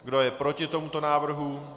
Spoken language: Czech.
Kdo je proti tomuto návrhu?